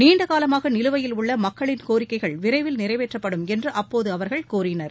நீண்டகாலமாக நிலுவையில் உள்ள மக்களின் கோரிக்கைகள் விரைவில் நிறைவேற்றப்படும் என்று அப்போது அவர்கள் கூறினர்